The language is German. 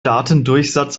datendurchsatz